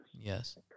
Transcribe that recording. Yes